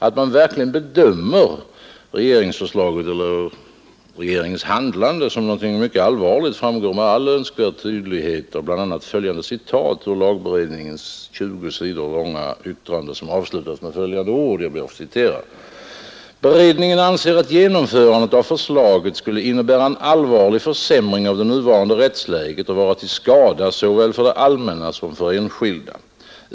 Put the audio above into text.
Att man verkligen bedömer regeringsförslaget — eller regeringens handlande — som någonting mycket allvarligt framgår med all önskvärd tydlighet av bl.a. följande citat ur lagberedningens 20 sidor långa yttrande, som avslutas med följande ord: ”Beredningen anser, att genomförandet av förslaget skulle innebära en allvarlig försämring av det nuvarande rättsläget och vara till skada såväl för det allmänna som för enskilda.